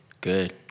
Good